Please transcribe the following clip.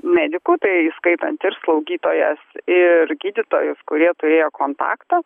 medikų tai įskaitant ir slaugytojas ir gydytojus kurie turėjo kontaktą